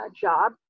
job